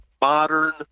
modern